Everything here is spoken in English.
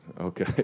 okay